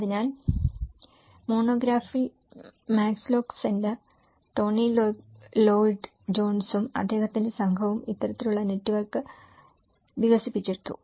അതിനാൽ ആ മോണോഗ്രാഫിൽ Max Lock Centre Tony Lloyd ജോൺസും അദ്ദേഹത്തിന്റെ സംഘവും ഇത്തരത്തിലുള്ള നെറ്റ്വർക്ക് വികസിപ്പിച്ചെടുത്തു